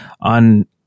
on